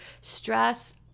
stress